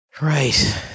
Right